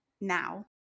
now